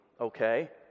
okay